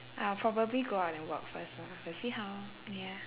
I'll probably go out and work first lah will see how ya